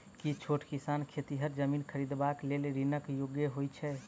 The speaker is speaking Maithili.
की छोट किसान खेतिहर जमीन खरिदबाक लेल ऋणक योग्य होइ छै?